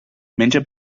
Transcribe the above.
menja